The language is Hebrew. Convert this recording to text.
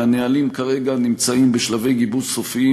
והנהלים כרגע נמצאים בשלבי גיבוש סופיים,